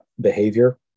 behavior